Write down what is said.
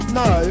no